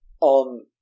on